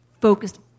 focused